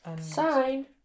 Sign